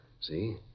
See